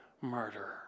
murder